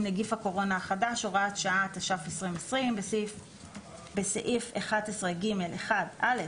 נגיף הקורונה החדש (הוראת שעה) 10. בחוק